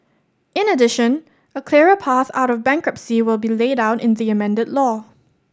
in addition a clearer path out of bankruptcy will be laid out in the amended law